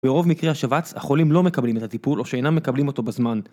ברוב מקרי השבץ החולים לא מקבלים את הטיפול או שאינם מקבלים אותו בזמן.